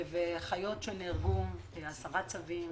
החיות שמתו, עשרה צבים,